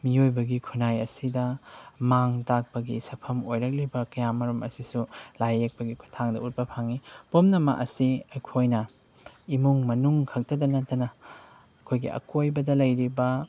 ꯃꯤꯑꯣꯏꯕꯒꯤ ꯈꯨꯟꯅꯥꯏ ꯑꯁꯤꯗ ꯃꯥꯡ ꯇꯥꯛꯄꯒꯤ ꯁꯛꯐꯝ ꯑꯣꯏꯔꯛꯂꯤꯕ ꯀꯌꯥ ꯃꯔꯨꯝ ꯑꯁꯤꯁꯨ ꯂꯥꯏ ꯌꯦꯛꯄꯒꯤ ꯈꯨꯠꯊꯥꯡꯗ ꯎꯠꯄ ꯐꯪꯏ ꯄꯨꯝꯅꯃꯛ ꯑꯁꯤ ꯑꯩꯈꯣꯏꯅ ꯏꯃꯨꯡ ꯃꯅꯨꯡ ꯈꯛꯇꯗ ꯅꯠꯇꯅ ꯑꯩꯈꯣꯏꯒꯤ ꯑꯀꯣꯏꯕꯗ ꯂꯩꯔꯤꯕ